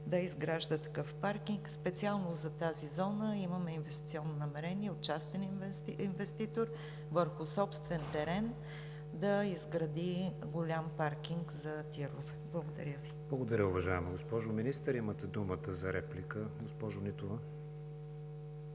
да изгражда такъв паркинг. Специално за тази зона има инвестиционно намерение от частен инвеститор върху собствен терен да изгради голям паркинг за тирове. Благодаря Ви. ПРЕДСЕДАТЕЛ КРИСТИАН ВИГЕНИН: Благодаря, уважаема госпожо Министър. Имате думата за реплика, госпожо Нитова.